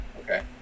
Okay